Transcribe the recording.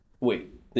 Wait